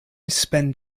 spend